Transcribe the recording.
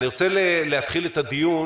אני רוצה להתחיל את הדיון